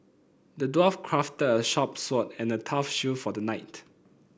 the dwarf crafted a sharp sword and a tough shield for the knight